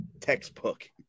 textbook